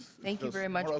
thank you very much.